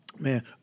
man